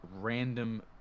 random